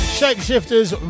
shapeshifters